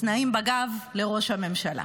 נעים בגב לראש הממשלה.